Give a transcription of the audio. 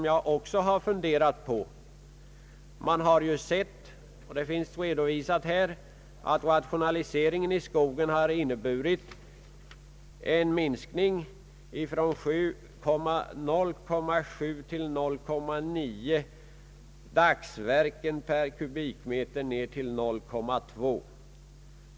Jag har funderat över två saker, Rationaliseringen i skogen har inneburit — det finns redovisat här — en minskning från 0,7—0,9 dagsverken per kubikmeter ner till 0,2.